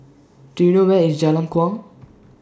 Do YOU know Where IS Jalan Kuang